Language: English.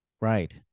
Right